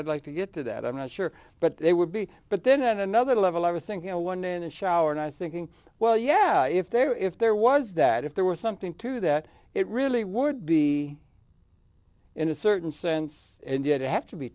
i'd like to get to that i'm not sure but it would be but then on another level i was thinking of one in the shower and i was thinking well yeah if there if there was that if there were something to that it really would be in a certain sense and did it have to be